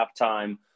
halftime